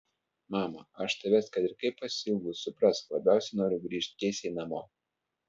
mama aš tavęs kad ir kaip pasiilgus suprask labiausiai noriu grįžt tiesiai namo